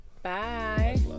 Bye